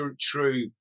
true